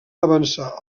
avançar